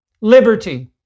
liberty